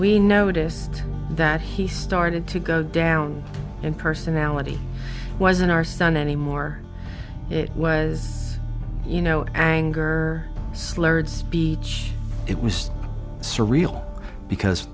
we noticed that he started to go down and personality wasn't our son anymore it was you know anger slurred speech it was surreal because